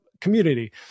community